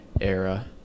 era